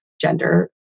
gender